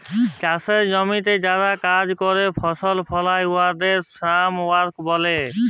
চাষের জমিতে যারা কাজ ক্যরে ফসল ফলায় উয়াদের ফার্ম ওয়ার্কার ব্যলে